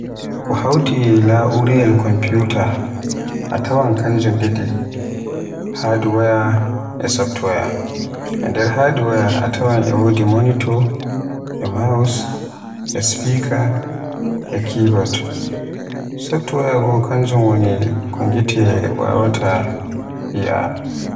Ko Hawti na'urayel komfiyuta a tawan kanjum didi, hardware e software, e nder hardaware a tawan e wodi Monitor, e mouse, e speaker, e keyboard, software bo kanjum woni ko ngite wawaata yi'a.